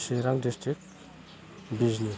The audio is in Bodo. सिरां द्रिस्ट्रिक्ट बिजनि